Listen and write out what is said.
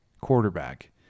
quarterback